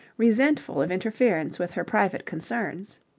resentful of interference with her private concerns.